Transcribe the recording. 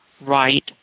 Right